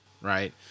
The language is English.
right